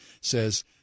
says